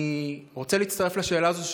אני רוצה להצטרף לשאלה הזאת.